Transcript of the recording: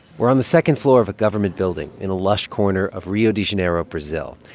we're on the second floor of a government building in a lush corner of rio de janeiro, brazil.